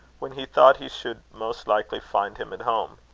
when he thought he should most likely find him at home.